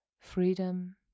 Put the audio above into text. freedom